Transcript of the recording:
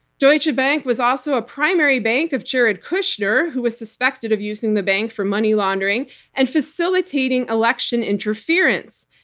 deutsche bank was also a primary bank of jared kushner who was suspected of using the bank for money laundering and facilitating election interference.